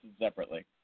separately